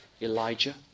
Elijah